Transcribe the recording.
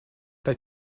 they